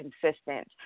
consistent